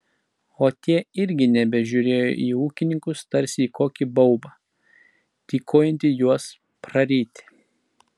o tie irgi nebežiūrėjo į ūkininkus tarsi į kokį baubą tykojantį juos praryti